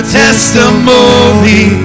testimony